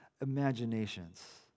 imaginations